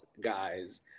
guys